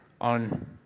on